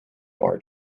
bar